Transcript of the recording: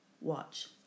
Watch